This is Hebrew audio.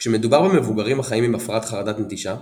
כשמדובר במבוגרים החיים עם הפרעת חרדת נטישה,